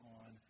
on